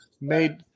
made